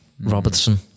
Robertson